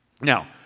Now